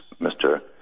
Mr